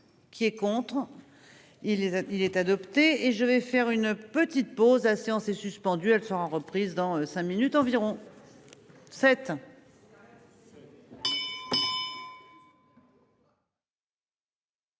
Qui est contre. Il est il est adopté. Et je vais faire une petite pause à séance est suspendue, elle sera reprise dans cinq minutes environ. 7.